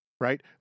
right